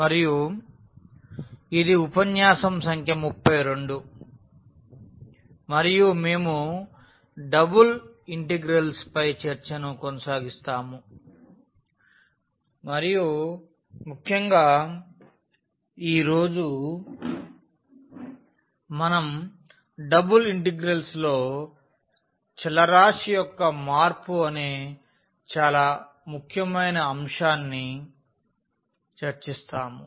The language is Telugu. మరియు ఇది ఉపన్యాసం సంఖ్య 32 మరియు మేము డబుల్ ఇంటిగ్రల్స్ పై చర్చను కొనసాగిస్తాము మరియు ముఖ్యంగా ఈ రోజు మనం డబుల్ ఇంటిగ్రల్స్ లో చలరాశి యొక్క మార్పు అనే చాలా ముఖ్యమైన అంశాన్ని చర్చిస్తాము